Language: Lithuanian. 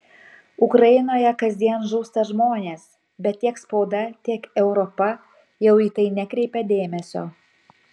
ukrainoje kasdien žūsta žmonės bet tiek spauda tiek europa jau į tai nekreipia dėmesio